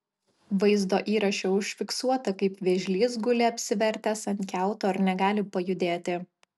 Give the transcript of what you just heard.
vaizdo įraše užfiksuota kaip vėžlys guli apsivertęs ant kiauto ir negali pajudėti